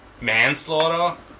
manslaughter